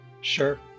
Sure